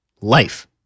life